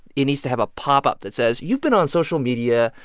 it needs to have a pop-up that says, you've been on social media.